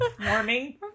Warming